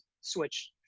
switch